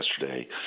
yesterday